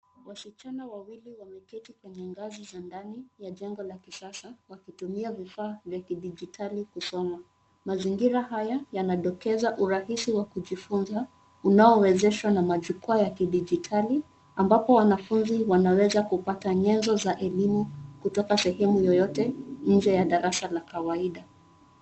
Wasichana wawili wameketi kwenye ngazi za ndani ya jengo la kisasa wakitumia vifaa vya kijidijitali kusoma. Mazingira haya yanadokeza urahisi wa kujifunza unaowezeshwa na majukwaa ya kijiditali ambapo wanafunzi wanaweza kupata nyenzo za elimu kutoka sehemu yoyote nje ya darasa ya kawaida.